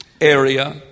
Area